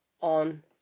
on